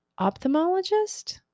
Ophthalmologist